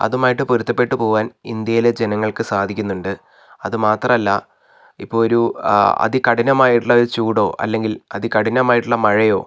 അതുമായിട്ട് പൊരുത്തപ്പെട്ട് പോകാൻ ഇന്ത്യയിലെ ജനങ്ങൾക്ക് സാധിക്കുന്നുണ്ട് അത് മാത്രല്ല ഇപ്പം ഒരു അതി കഠിനമായിട്ടുള്ള ചൂടോ അല്ലെങ്കിൽ അതികഠിനമായിട്ടുള്ള മഴയോ